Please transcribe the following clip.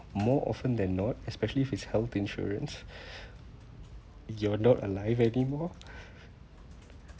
more often than not especially if it's health insurance you're not alive anymore